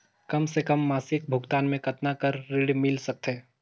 कम से कम मासिक भुगतान मे कतना कर ऋण मिल सकथे?